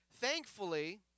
Thankfully